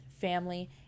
family